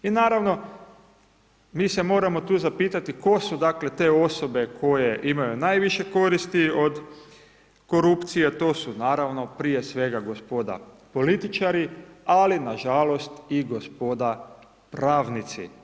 I naravno, mi se moramo tu zapitati, tko su dakle, te osobe koje imaju najviše koristi od korupcije, a to su naravno prije svega gospoda političari, ali i nažalost, gospoda pravnici.